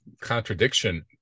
contradiction